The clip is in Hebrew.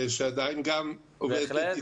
שעדיין גם עובדת אתך.